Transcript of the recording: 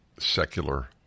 secular